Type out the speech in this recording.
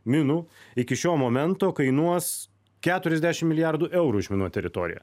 minų iki šio momento kainuos keturiasdešim milijardų eurų išminuot teritoriją